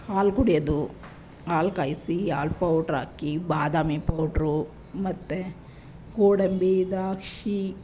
ಹಾಲು ಕುಡಿಯೋದು ಹಾಲು ಕಾಯಿಸಿ ಹಾಲು ಪೌಡ್ರ್ ಹಾಕಿ ಬಾದಾಮಿ ಪೌಡ್ರು ಮತ್ತೆ ಗೋಡಂಬಿ ದ್ರಾಕ್ಷಿ